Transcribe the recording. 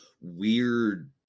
weird